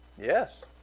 Yes